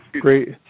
Great